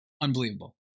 Unbelievable